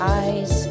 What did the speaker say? eyes